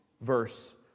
verse